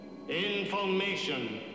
information